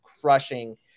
crushing